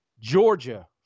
Georgia